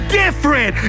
different